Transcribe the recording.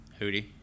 Hootie